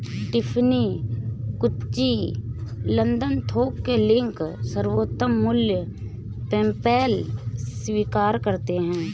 Tiffany, Gucci, London थोक के link, सर्वोत्तम मूल्य, पेपैल स्वीकार करते है